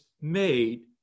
made